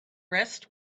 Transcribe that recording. rest